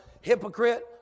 hypocrite